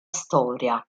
storia